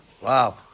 Wow